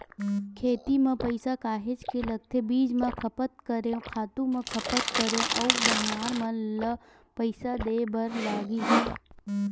खेती म पइसा काहेच के लगथे बीज म खपत करेंव, खातू म खपत करेंव अउ बनिहार मन ल पइसा देय बर लगिस